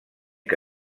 que